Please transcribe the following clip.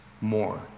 more